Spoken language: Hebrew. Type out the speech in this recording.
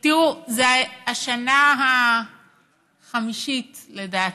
תראו, זאת השנה החמישית, לדעתי,